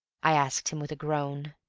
i asked him, with a groan.